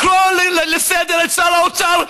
לקרוא לסדר את שר האוצר,